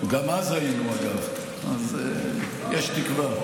גם אז היינו, אגב, אז יש תקווה.